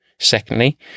Secondly